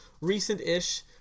recent-ish